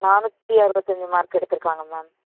நானூற்றி அறுவத்தஞ்சி மார்க் எடுத்துயிருக்காங்க மேம்